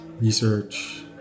research